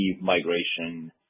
migration